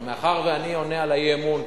אבל מאחר שאני עונה על האי-אמון,